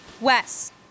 Wes